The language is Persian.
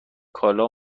کالا